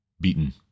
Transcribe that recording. beaten